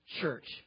church